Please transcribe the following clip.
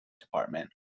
department